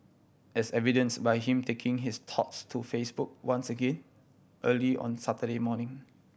as evidenced by him taking his thoughts to Facebook once again early on Saturday morning